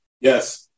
Yes